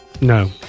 No